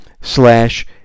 slash